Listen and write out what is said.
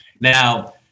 Now